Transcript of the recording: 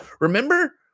Remember